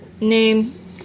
Name